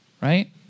right